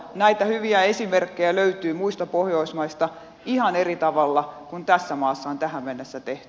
näitä hyviä esimerkkejä löytyy muista pohjoismaista ihan eri tavalla kuin tässä maassa on tähän mennessä tehty